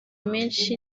menshi